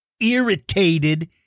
irritated